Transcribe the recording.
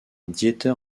dieter